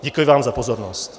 Děkuji vám za pozornost.